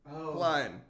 Line